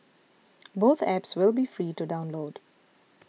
both apps will be free to download